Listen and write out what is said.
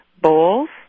bowls